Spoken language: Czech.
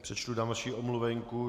Přečtu další omluvenku.